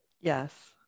Yes